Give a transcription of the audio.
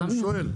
לא, אני שואל.